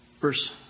verse